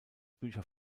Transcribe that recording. bücher